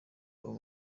ngo